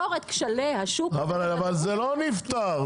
--- כשלי השוק --- אבל זה לא נפתר,